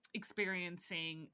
experiencing